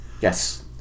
Yes